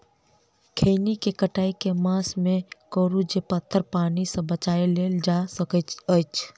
खैनी केँ कटाई केँ मास मे करू जे पथर पानि सँ बचाएल जा सकय अछि?